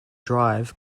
drive